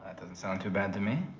doesn't sound too bad to me.